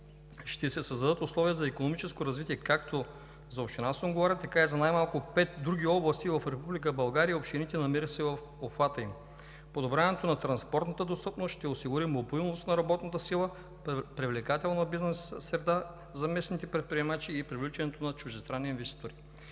ще се създадат условия за икономическо развитие както за община Сунгурларе, така и за най-малко пет други области в Република България и общините, намиращи се в обхвата им. Подобряването на транспортната достъпност ще осигури мобилност на работната сила, привлекателна бизнес среда за местните предприемачи и привличането на чуждестранни инвеститори.